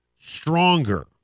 stronger